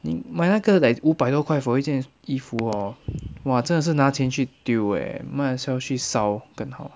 你买那个 like 五百多块 for 一件衣服 hor !wah! 真的是拿钱去丢 eh might as well 去烧更好